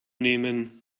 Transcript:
nehmen